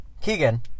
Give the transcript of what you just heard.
Keegan